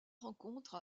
rencontre